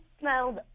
smelled